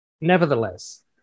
nevertheless